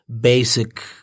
basic –